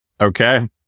okay